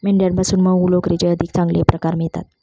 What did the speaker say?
मेंढ्यांपासून मऊ लोकरीचे अधिक चांगले प्रकार मिळतात